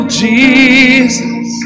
jesus